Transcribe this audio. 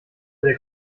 der